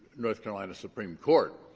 north carolina supreme court.